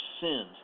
sins